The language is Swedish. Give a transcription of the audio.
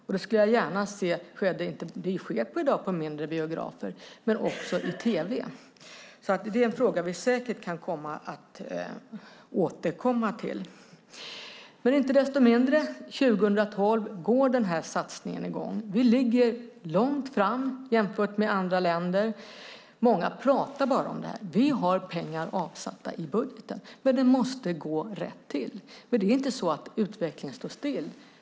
Där skulle jag gärna se - det visas i dag på mindre biografer - att det visas också i tv. Det är en fråga vi säkert kan komma att återkomma till. Inte desto mindre går den här satsningen i gång 2012. Vi ligger långt fram jämfört med andra länder. Många pratar bara om det. Vi har pengar avsatta i budgeten, men det måste gå rätt till. Utvecklingen står ju inte still.